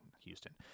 Houston